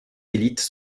élites